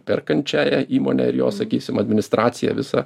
perkančiąją įmonę ir jos sakysim administraciją visą